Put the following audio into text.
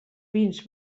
vins